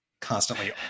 constantly